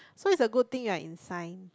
so it's a good thing right in science